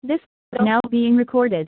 this call now being recorded